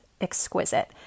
exquisite